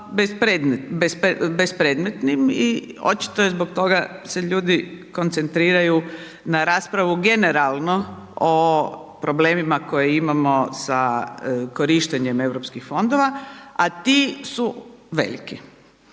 i očito je zbog toga se ljudi koncentriraju na raspravu generalno o problemima koje imamo sa korištenjem europskih fondova a ti su veliki.